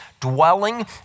dwelling